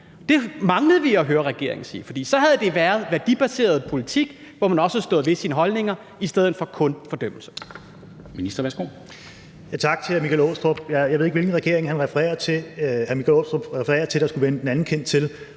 Det manglede vi at høre regeringen sige, for så havde det været værdibaseret politik, hvor man også stod ved sine holdninger, i stedet for kun fordømmelser.